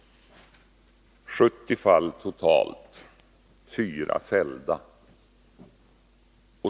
70 fall totalt, varav 4 fällda.